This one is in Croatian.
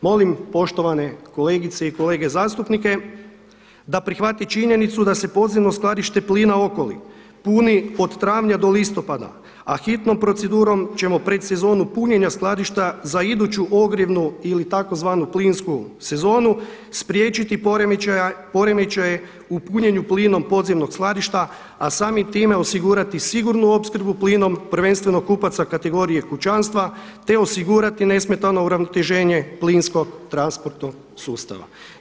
Molim poštovane kolegice i kolege, zastupnike da prihvati činjenicu da se Podzemno skladište plina Okoli puni od travnja do listopada, a hitnom procedurom ćemo pred sezonu punjenja skladišta za iduću ogrjevnu ili tzv. plinsku sezonu spriječiti poremećaje u punjenju plinom podzemnog skladišta, a samim time osigurati sigurnu opskrbu plinom prvenstveno kupaca kategorije kućanstva, te osigurati nesmetano uravnoteženje plinskog transportnog sustava.